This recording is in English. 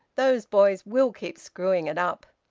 those boys will keep screwing it up!